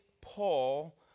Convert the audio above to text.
Paul